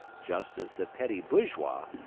just as the petty bourgeois,